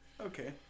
Okay